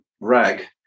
rag